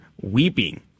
weeping